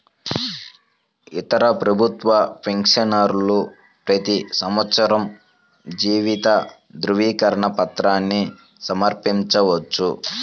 ఇతర ప్రభుత్వ పెన్షనర్లు ప్రతి సంవత్సరం జీవిత ధృవీకరణ పత్రాన్ని సమర్పించవచ్చు